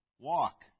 Walk